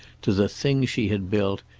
to the thing she had built,